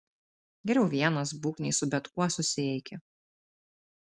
geriau vienas būk nei su bet kuo susieiki